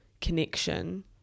connection